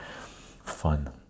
fun